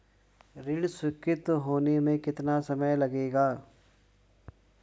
ऋण स्वीकृत होने में कितना समय लगेगा?